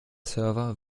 server